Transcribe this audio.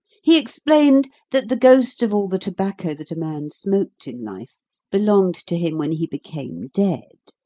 he explained that the ghost of all the tobacco that a man smoked in life belonged to him when he became dead.